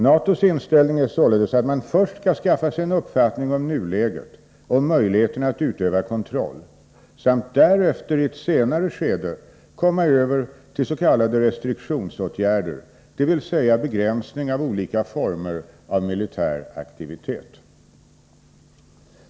NATO:s inställning är således att man först skall skaffa sig en uppfattning om nuläget och möjligheterna att utöva kontroll samt därefter i ett senare skede komma över till s.k. restriktionsåtgärder, dvs. begränsning av olika former av militär aktivitet.